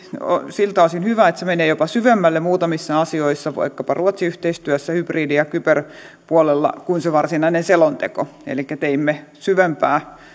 siltä osin hyvä että se menee jopa syvemmälle muutamissa asioissa vaikkapa ruotsi yhteistyössä ja hybridi ja kyberpuolella kuin se varsinainen selonteko elikkä teimme syvempää